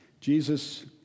Jesus